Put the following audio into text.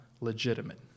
legitimate